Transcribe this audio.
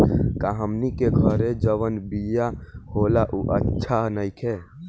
का हमनी के घरे जवन बिया होला उ अच्छा नईखे?